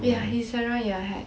ya he's around your height